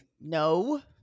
No